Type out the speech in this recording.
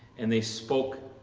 and they spoke